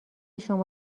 شما